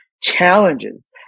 challenges